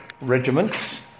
regiments